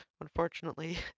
unfortunately